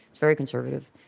very conservative.